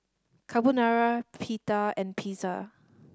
Carbonara Pita and Pizza